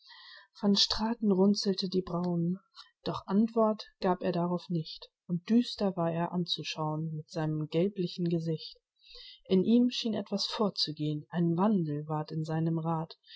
van straten runzelte die brauen doch antwort gab er darauf nicht und düster war er anzuschauen mit seinem gelblichen gesicht in ihm schien etwas vorzugehen ein wandel ward in seinem rath